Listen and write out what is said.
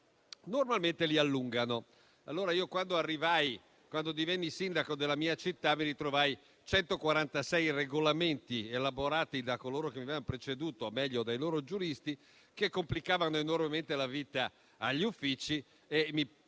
normalmente li allungano. Quando io divenni sindaco della mia città, ritrovai 146 regolamenti elaborati da coloro che mi avevano preceduto, o meglio dai loro giuristi, che complicavano enormemente la vita agli uffici e mi